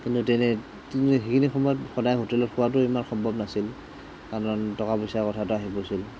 কিন্তু তেনে সেইখিনি সময়ত সদায় হোটেলত খোৱাটোও ইমান সম্ভৱ নাছিল কাৰণ টকা পইচাৰ কথা এটা আহি পৰিছিল